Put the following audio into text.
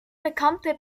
bekannte